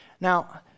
Now